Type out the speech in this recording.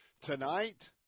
tonight